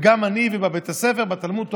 וגם אני, ובבית הספר, בתלמוד תורה,